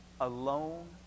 alone